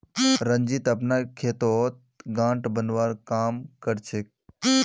रंजीत अपनार खेतत गांठ बांधवार काम कर छेक